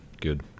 good